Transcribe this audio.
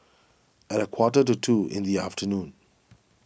at a quarter to two in the afternoon